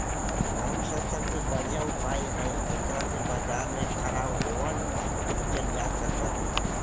कौन सा सबसे बढ़िया उपाय हई जेकरा से बाजार में खराब होअल माल बेचल जा सक हई?